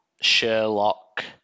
Sherlock